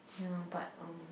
ya but um